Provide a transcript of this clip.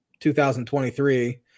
2023